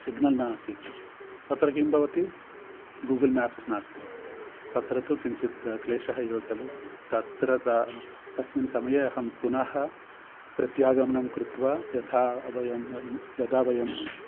signal नासीत् अत्र किं भवति गूगल् मेप्स् नास्ति तत्र तु किञ्चित् क्लेशः एव खलु तत्र त तस्मिन् समये अहं पुनः प्रत्यागमनं कृत्वा यथा वयं यदा वयं